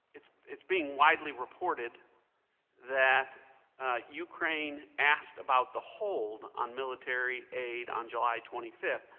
it is being widely reported that ukraine asked about the hold on military aid on july twenty fifth.